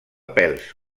pèls